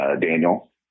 Daniel